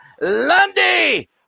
Lundy